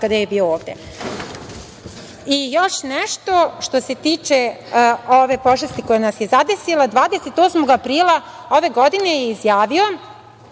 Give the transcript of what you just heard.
kada je bio ovde. Još nešto što se tiče ove pošasti koja nas je zadesila, 28. aprila ove godine je izjavio